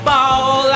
Ball